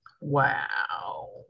Wow